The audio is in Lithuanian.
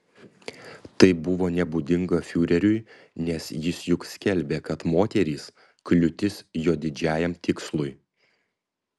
tai buvo nebūdinga fiureriui nes jis juk skelbė kad moterys kliūtis jo didžiajam tikslui